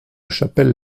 chapelles